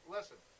Listen